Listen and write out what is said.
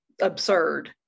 absurd